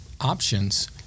options